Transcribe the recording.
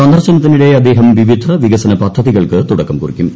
സന്ദർശനത്തിനിടെ അദ്ദേഹം വിവിധ വികസന പദ്ധതികൾക്ക് തുടക്കം കുറിക്കും